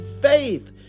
faith